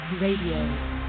Radio